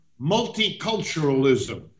multiculturalism